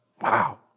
Wow